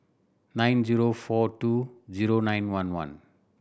nine zero four two zero nine one one